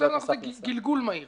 ותיכף נראה מה אומר